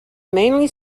mainly